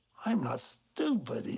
i'm not stupid, he